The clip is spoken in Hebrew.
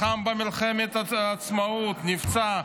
לחם במלחמת העצמאות ונפצע.